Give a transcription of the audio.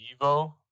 evo